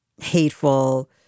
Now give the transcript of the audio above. hateful